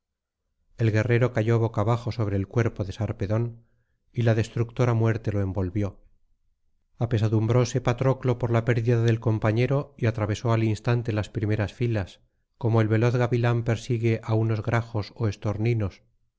el guerrero cayó boca abajo sobre el cuerpo de sarpedón y la destructora muerte lo envolvió apesadumbróse patroclo por la pérdida del compañero y atravesó al instante las primeras filas como el veloz gavilán persigue á unos grajos ó estorninos